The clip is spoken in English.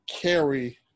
carry